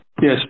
Yes